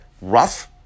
rough